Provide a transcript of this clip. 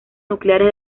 nucleares